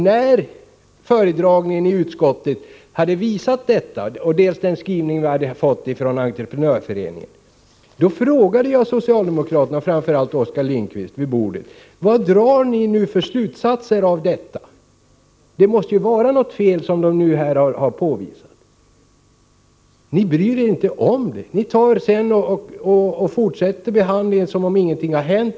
När föredragningen i utskottet och den skrivelse som vi hade fått från Entreprenörföreningen hade visat detta, frågade jag socialdemokraterna vid utskottsbordet, framför allt Oskar Lindkvist: Vad drar ni nu för slutsatser? Det måste vara något fel som här har påvisats. Ni brydde er emellertid inte om detta, utan fortsatte behandlingen som om ingenting hade hänt.